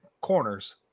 corners